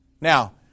Now